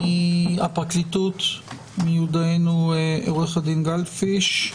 מהפרקליטות, עו"ד גלבפיש,